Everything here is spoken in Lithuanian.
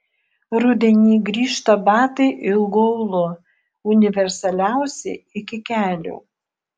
rudenį grįžta batai ilgu aulu universaliausi iki kelių